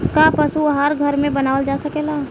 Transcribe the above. का पशु आहार घर में बनावल जा सकेला?